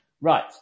Right